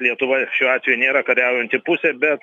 lietuva šiuo atveju nėra kariaujanti pusė bet